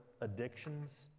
addictions